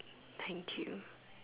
thank you